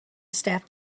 staff